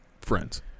friends